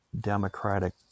democratic